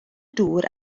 dŵr